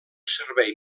servei